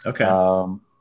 Okay